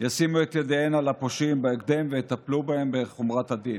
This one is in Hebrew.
ישימו את ידיהן על הפושעים בהקדם ויטפלו בהם בחומרת הדין.